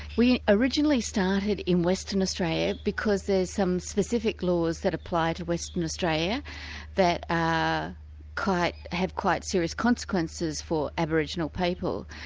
we originally started in western australia because there's some specific laws that apply to western australia that ah have quite serious consequences for aboriginal people.